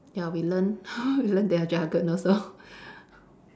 ya we learn we learn their jargon also